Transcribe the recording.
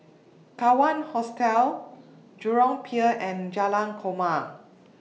Kawan Hostel Jurong Pier and Jalan Korma